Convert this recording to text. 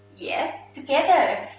yes, together,